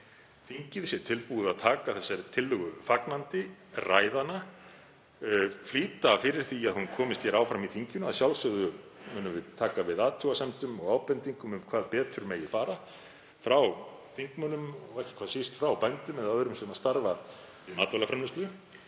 þingið sé tilbúið að taka þessari tillögu fagnandi, ræða hana, flýta fyrir því að hún komist áfram í þinginu. Að sjálfsögðu munum við taka við athugasemdum og ábendingum um hvað betur megi fara frá þingmönnum og ekki hvað síst frá bændum eða öðrum sem starfa í matvælaframleiðslu.